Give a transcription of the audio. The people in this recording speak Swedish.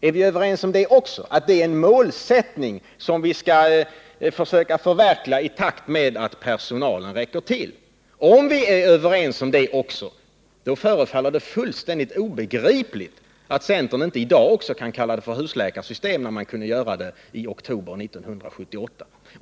Är vi också överens om att det är en målsättning som vi skall försöka förverkliga i takt med att personalen räcker till? Om vi är överens om det också, då förefaller det fullständigt obegripligt att centern inte också i dag kan kalla det för ett husläkarsystem när man kunde göra det i oktober 1978.